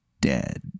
dead